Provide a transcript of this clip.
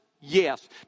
Yes